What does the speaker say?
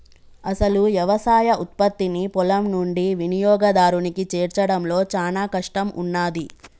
అసలు యవసాయ ఉత్పత్తిని పొలం నుండి వినియోగదారునికి చేర్చడంలో చానా కష్టం ఉన్నాది